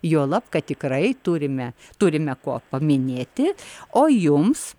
juolab kad tikrai turime turime ko paminėti o jums